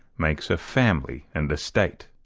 makes a family and estate.